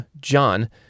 John